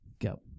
Go